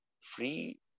free